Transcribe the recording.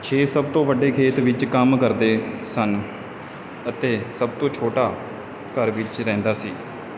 ਛੇ ਸਭ ਤੋਂ ਵੱਡੇ ਖੇਤ ਵਿੱਚ ਕੰਮ ਕਰਦੇ ਸਨ ਅਤੇ ਸਭ ਤੋਂ ਛੋਟਾ ਘਰ ਵਿੱਚ ਰਹਿੰਦਾ ਸੀ